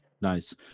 Nice